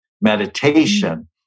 meditation